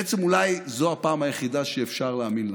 בעצם, אולי זו הפעם היחידה שאפשר להאמין לכם: